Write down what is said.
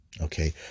Okay